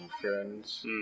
friends